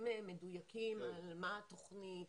נתונים מדויקים על מה התוכנית,